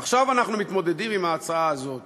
עכשיו אנחנו מתמודדים עם ההצעה הזאת